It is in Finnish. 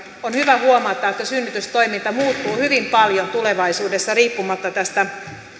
on hyvä huomata että synnytystoiminta muuttuu hyvin paljon tulevaisuudessa riippumatta tästä